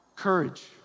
Courage